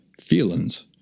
feelings